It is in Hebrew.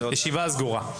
הישיבה סגורה.